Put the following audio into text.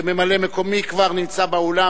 ממלא-מקומי כבר נמצא באולם.